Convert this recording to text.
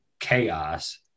chaos